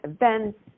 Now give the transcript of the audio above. events